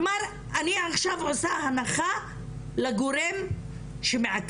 כלומר, אני עכשיו עושה הנחה לגורם שמעכב.